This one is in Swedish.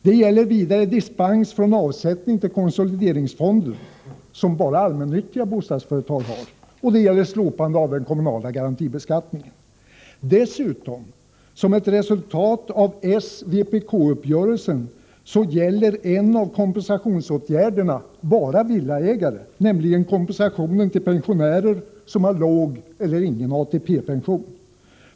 Det gäller vidare dispens från avsättning till konsolideringsfonder, som bara allmännyttiga bostadsföretag har, och slopande av den kommunala garantibeskattningen. Dessutom, som ett resultat av s-vpk-uppgörelsen, gäller en av kompensationsåtgärderna bara villaägare, nämligen kompensationen till pensionärer som har låg eller ingen ATP-pension.